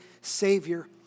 Savior